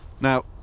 Now